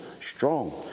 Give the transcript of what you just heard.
strong